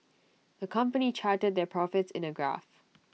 the company charted their profits in A graph